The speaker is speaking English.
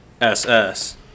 SS